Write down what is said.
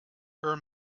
her